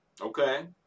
Okay